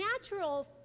natural